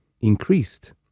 increased